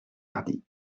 hardie